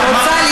אתה תומך טרור,